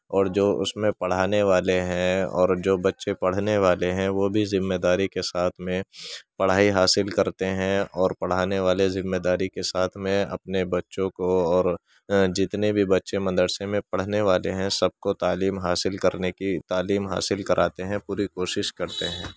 اور جو اس میں پڑھانے والے ہیں اور جو بچے پڑھنے والے ہیں وہ بھی ذِمّے داری کے ساتھ میں پڑھائی حاصل کرتے ہیں اور پڑھانے والے ذِمّے داری کے ساتھ میں اپنے بچّوں کو اور جتنے بھی بچّے مدرسے میں پڑھنے والے ہیں سب کو تعلیم حاصل کرنے کی تعلیم حاصل کراتے ہیں پوری کوشش کرتے ہیں